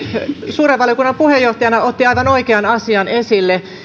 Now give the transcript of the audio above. suuren valiokunnan puheenjohtajana otti aivan oikean asian esille eli